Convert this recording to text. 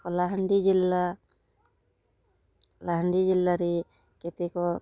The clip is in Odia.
କଲାହାଣ୍ଡି ଜିଲ୍ଲା କଲାହାଣ୍ଡି ଜିଲ୍ଲାରେ କେତେକ